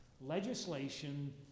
legislation